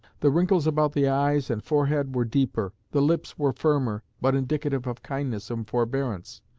the wrinkles about the eyes and forehead were deeper the lips were firmer, but indicative of kindness and forbearance.